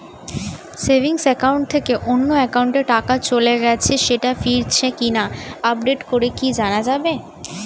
Savings account থেকে অন্য একাউন্টে টাকা চলে গেছে সেটা ফিরেছে কিনা আপডেট করে কি জানা যাবে?